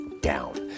down